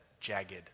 jagged